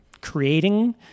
creating